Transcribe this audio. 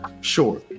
Sure